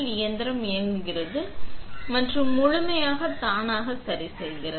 இயந்திரம் இயங்குகிறது மற்றும் முழுமையாக தானாக சரிசெய்கிறது